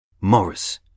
Morris